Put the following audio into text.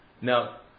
Now